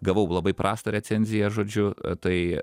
gavau labai prastą recenziją žodžiu tai